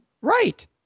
Right